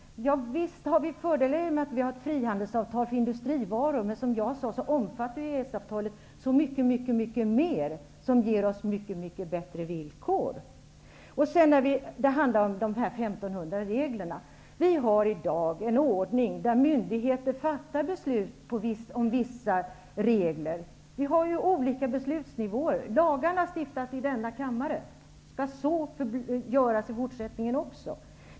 Ja visst har vi fördelar i och med att vi har ett frihandelsavtal för industrivaror, men som jag sade så omfattar EES-avtalet så mycket mycket mer, som ger oss mycket mycket bättre villkor. Sedan något om de 1 500 reglerna. Vi har i dag en ordning som innebär att myndigheter fattar beslut om vissa regler. Vi har olika beslutsnivåer. Lagarna stiftas i denna kammare, och det skall ske också i fortsättningen.